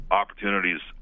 opportunities